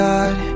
God